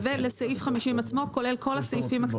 התשפ"ג 2023. לא צריך להסביר.